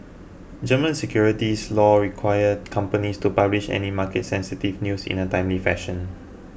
German securities law require companies to publish any market sensitive news in a timely fashion